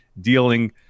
dealing